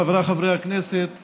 חבריי חברי הכנסת,